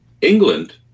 England